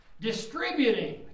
Distributing